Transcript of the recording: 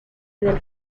del